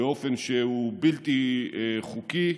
באופן שהוא בלתי חוקי,